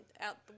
out